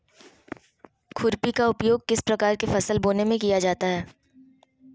खुरपी का उपयोग किस प्रकार के फसल बोने में किया जाता है?